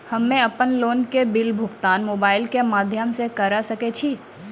हम्मे अपन लोन के बिल भुगतान मोबाइल के माध्यम से करऽ सके छी?